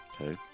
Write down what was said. Okay